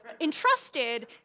entrusted